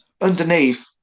underneath